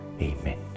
Amen